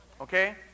okay